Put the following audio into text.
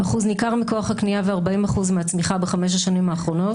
אחוז ניכר מכוח הקניה ו-40% מהצמיחה בחמש השנים האחרונות